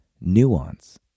Nuance